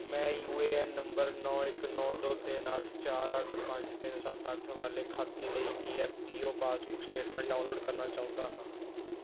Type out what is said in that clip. ਮੈਂ U A N number ਨੌਂ ਇੱਕ ਨੌਂ ਦੋ ਤਿੰਨ ਅੱਠ ਚਾਰ ਅੱਠ ਪੰਜ ਤਿੰਨ ਸੱਤ ਅੱਠ ਵਾਲੇ ਖਾਤੇ ਲਈ E F P O passbook statement download ਕਰਨਾ ਚਾਹੁੰਦਾ ਹਾਂ